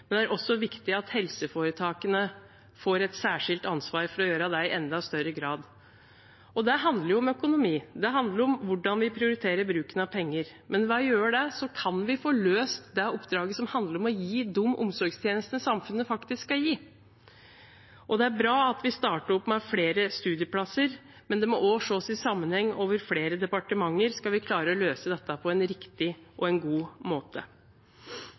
men det er også viktig at helseforetakene får et særskilt ansvar for å gjøre det i enda større grad. Det handler om økonomi. Det handler om hvordan vi prioriterer bruken av penger. Men ved å gjøre det kan vi få løst det oppdraget som handler om å gi de omsorgstjenestene samfunnet faktisk skal gi. Det er bra at vi starter med flere studieplasser, men flere departementer må se dette i sammenheng, skal vi klare å løse dette på en riktig og god måte.